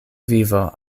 vivo